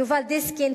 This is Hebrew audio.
יובל דיסקין,